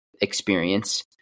experience